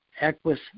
Equus